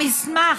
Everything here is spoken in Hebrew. המסמך,